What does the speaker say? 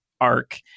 arc